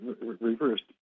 reversed